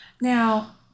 Now